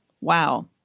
wow